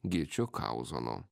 gyčiu kauzonu